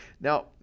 Now